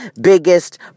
biggest